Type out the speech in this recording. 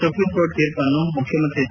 supreme court ತೀರ್ಪನ್ನು ಮುಖ್ಯಮಂತ್ರಿ H